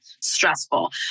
stressful